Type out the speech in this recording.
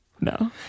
No